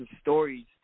stories